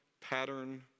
pattern